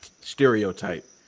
stereotype